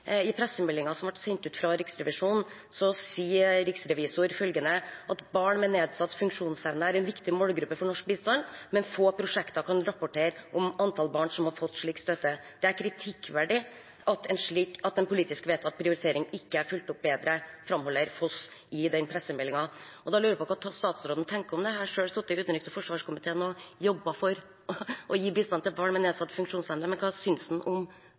I pressemeldingen som ble sendt ut fra Riksrevisjonen, sier riksrevisor Foss at barn med nedsatt funksjonsevne er en viktig målgruppe for norsk bistand, men at få prosjekter kan rapportere om antall barn som har fått slik støtte, og videre at det er kritikkverdig at en politisk vedtatt prioritering ikke er fulgt opp bedre. Da lurer jeg på hva statsråden tenker om dette. Jeg har selv sittet i utenriks- og forsvarskomiteen og jobbet for å gi bistand til barn med nedsatt funksjonsevne. Hva synes han om